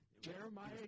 Jeremiah